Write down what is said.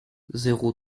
zéro